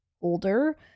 older